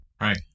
Right